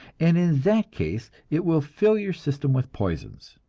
and in that case it will fill your system with poisons.